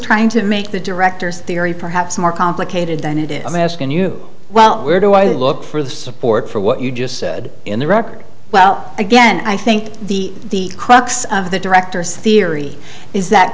trying to make the director's theory perhaps more complicated than it is i'm asking you well where do i look for the support for what you just said in the record well again i think the crux of the directors theory is that